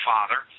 Father